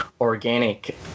organic